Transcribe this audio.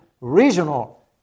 regional